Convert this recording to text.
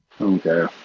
Okay